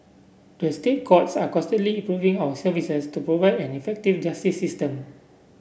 the State Courts are constantly improving our services to provide an effective justice system